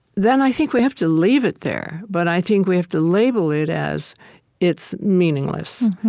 then i think we have to leave it there. but i think we have to label it as it's meaningless.